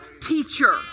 teacher